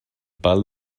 pal